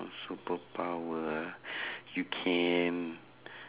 what superpower you can